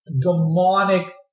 demonic